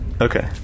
Okay